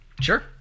Sure